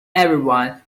everyone